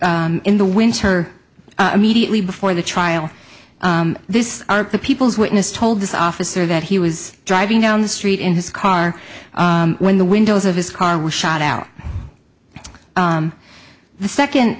a in the winter immediately before the trial this the people's witness told this officer that he was driving down the street in his car when the windows of his car was shot out the second